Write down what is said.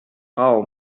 frau